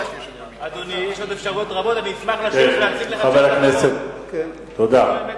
יש עוד אפשרויות, כן, חבר הכנסת, תודה.